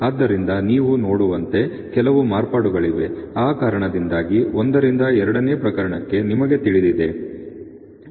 ಆದ್ದರಿಂದ ನೀವು ನೋಡುವಂತೆ ಕೆಲವು ಮಾರ್ಪಾಡುಗಳಿವೆ ಆ ಕಾರಣದಿಂದಾಗಿ ಒಂದರಿಂದ ಎರಡನೆಯ ಪ್ರಕರಣಕ್ಕೆ ನಿಮಗೆ ತಿಳಿದಿದೆ